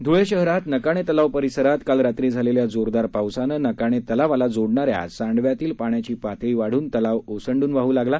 धुळे शहरात नकाणे तलाव परिसरात काल रात्री झालेल्या जोरदार पावसानं नकाणे तलावाला जोडणा या सांडव्यातील पाण्याची पातळी वाढून तलाव ओसंडून वाहू लागला